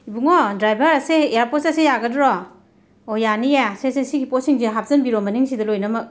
ꯏꯕꯨꯡꯉꯣ driver ꯑꯁꯤ airport ꯆꯠꯁꯦ ꯌꯥꯒꯗ꯭ꯔꯣ ꯑꯣ ꯌꯥꯅꯤꯌꯦ ꯁꯦ ꯁꯦ ꯑꯁꯤꯒꯤ ꯄꯣꯠꯁꯤꯡꯁꯦ ꯍꯥꯞꯆꯤꯟꯕꯤꯔꯣ ꯃꯅꯤꯡꯁꯤꯗ ꯂꯣꯏꯅꯃꯛ